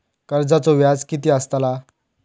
कर्जाचो व्याज कीती असताला?